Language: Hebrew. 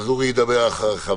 אורי ידבר אחריך.